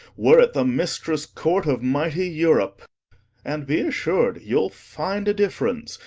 were it the mistresse court of mightie europe and be assur'd, you'le find a diff'rence,